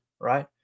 right